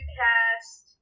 cast